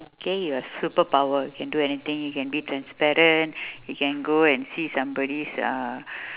okay you have superpower you can do anything you can be transparent you can go and see somebody's uh